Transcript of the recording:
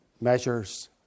measures